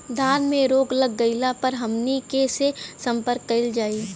धान में रोग लग गईला पर हमनी के से संपर्क कईल जाई?